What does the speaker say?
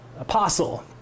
Apostle